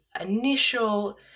initial